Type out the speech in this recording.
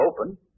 open